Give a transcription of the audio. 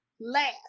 last